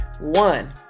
one